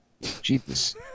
Jesus